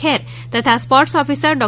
ખેર તથા sports officer ડૉ